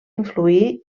influir